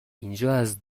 اینجااز